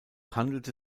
handelte